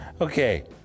Okay